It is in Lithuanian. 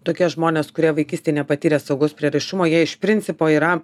tokie žmonės kurie vaikystėj nepatyrė saugaus prieraišumo jie iš principo yra